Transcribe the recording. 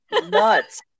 nuts